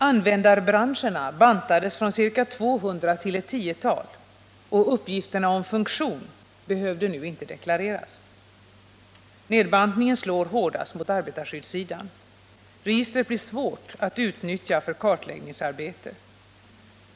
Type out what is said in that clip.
Användarbranscherna bantades från ca 200 till ca ett tiotal, och uppgifterna om funktion behövde nu inte deklareras. Nedbantningen slår hårdast mot arbetarskyddssidan. Registret blir svårt att utnyttja för kartläggningsarbete.